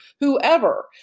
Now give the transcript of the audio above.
whoever